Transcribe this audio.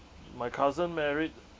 my cousin married